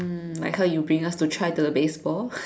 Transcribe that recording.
mm like how you bring us to try the baseball